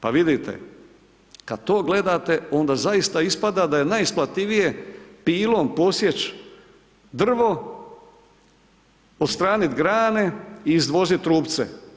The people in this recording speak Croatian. Pa vidite, kada to gledate onda zaista ispada da je najisplativije pilom posjeći drvo, odstraniti grane i izvoziti trupce.